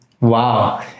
Wow